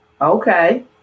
Okay